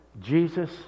Jesus